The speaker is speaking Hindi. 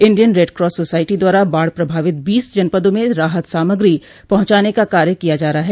इंडियन रेडक्रास सोसाइटी द्वारा बाढ़ प्रभावित बीस जनपदों में राहत सामग्री पहुंचाने का कार्य किया जा रहा है